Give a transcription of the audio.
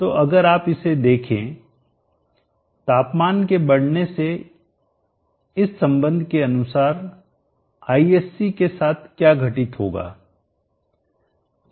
तो अगर आप इसे देखें तापमान के बढ़ने से इस संबंध के अनुसार Isc के साथ क्या घटित होगा